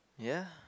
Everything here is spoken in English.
ya